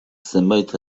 zenbait